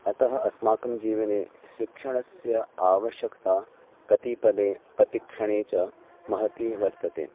अतः अस्माकं जीवने शिक्षणस्य आवश्यक्ता प्रतिपदे प्रतिक्षणे च महती वर्तते